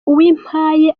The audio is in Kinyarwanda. uwimpaye